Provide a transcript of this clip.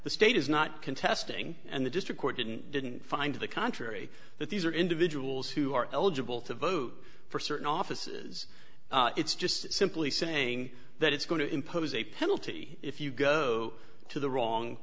the state is not contesting and the district court didn't didn't find to the contrary that these are individuals who are eligible to vote for certain offices it's just simply saying that it's going to impose a penalty if you go to the wrong